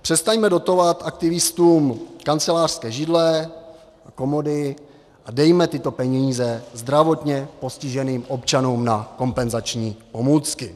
Přestaňme dotovat aktivistům kancelářské židle a komody a dejme tyto peníze zdravotně postiženým občanům na kompenzační pomůcky.